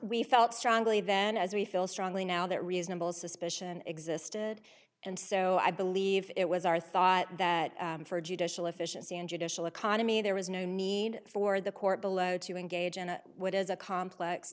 we felt strongly then as we feel strongly now that reasonable suspicion existed and so i believe it was our thought that for judicial efficiency and judicial economy there was no need for the court below to engage in a wood as a complex